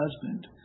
husband